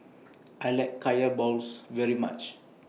I like Kaya Balls very much